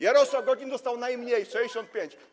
Jarosław Gowin dostał najmniej - 65.